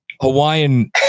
hawaiian